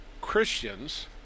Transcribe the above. Christians